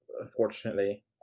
unfortunately